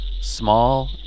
small